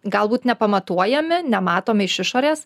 galbūt nepamatuojami nematomi iš išorės